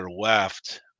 left